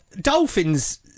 Dolphins